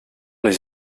les